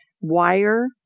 wire